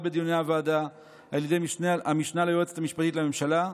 בדיוני הוועדה על ידי המשנה ליועצת המשפטית לממשלה.